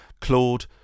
Claude